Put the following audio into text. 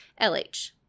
LH